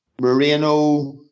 Moreno